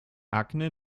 akne